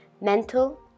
mental